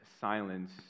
silence